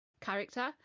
character